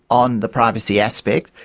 on the privacy aspect,